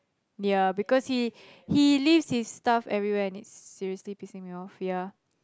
ya because he he leave his stuff everywhere and it's seriously pissing me off ya